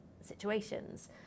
situations